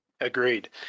Agreed